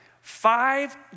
Five